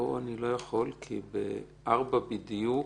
פה אני לא יכול כי ב-16:00 בדיוק,